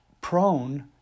prone